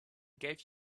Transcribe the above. gave